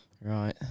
Right